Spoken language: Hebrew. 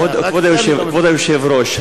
כבוד היושב-ראש,